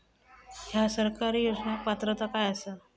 हया सरकारी योजनाक पात्रता काय आसा?